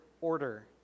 order